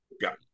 got